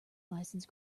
license